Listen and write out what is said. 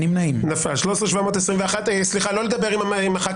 הצבעה לא אושרה